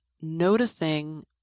noticing